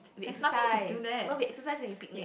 we exercise no we exercise and we picnic